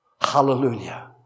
Hallelujah